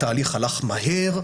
התהליך הלך מהר.